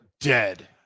Dead